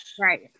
Right